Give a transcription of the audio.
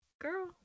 Girl